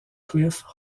cliff